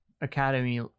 Academy